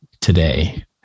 Today